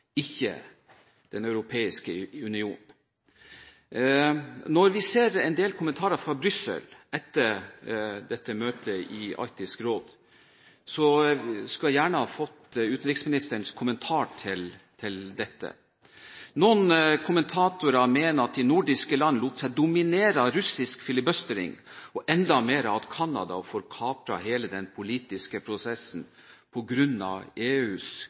Når vi ser en del kommentarer fra Brussel etter dette møtet i Arktisk råd, skulle jeg gjerne fått utenriksministerens kommentar til dette. Noen kommentatorer mener at de nordiske landene lot seg dominere av russisk «filibustering» og enda mer av at Canada får kapret hele den politiske prosessen på grunn av EUs